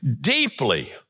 deeply